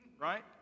right